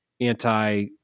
anti-